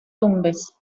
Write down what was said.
tumbes